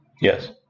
Yes